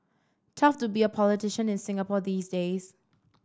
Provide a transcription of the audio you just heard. tough to be a politician in Singapore these days